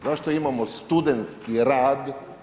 Zašto imamo studentski rad?